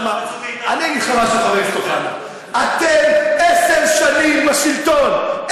חבר הכנסת אוחנה: אתם עשר שנים בשלטון,